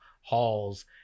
halls